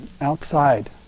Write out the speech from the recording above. outside